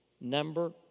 Number